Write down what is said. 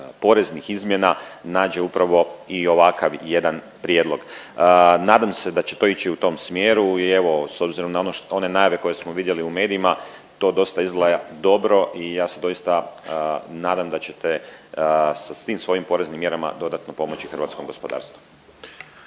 poreznih izmjena nađe upravo i ovakav jedan prijedlog. Nadam se da će to ići u tom smjeru i evo s obzirom na one najave koje smo vidjeli u medijima to dosta izgleda dobro i ja se doista nadam da ćete sa tim svojim poreznim mjerama dodatno pomoći hrvatskom gospodarstvu.